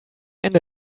ende